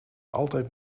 altijd